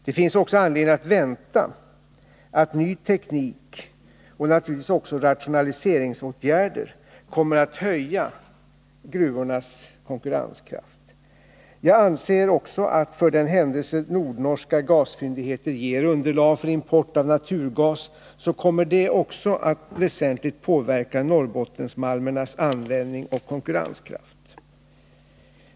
Det finns också anledning att vänta att ny teknik och naturligtvis också rationaliseringsåtgärder kommer att höja gruvornas konkurrenskraft. Jag anser också att för den händelse nordnorska gasfyndigheter ger underlag för import av naturgas kommer detta att väsentligt påverka Norrbottenmalmernas användning och konkurrenskraft.